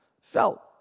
felt